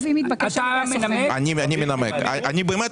מי בעד